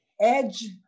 edge